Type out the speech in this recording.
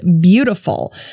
beautiful